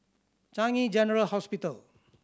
Changi General Hospital